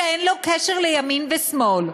שאין לו קשר לימין ושמאל,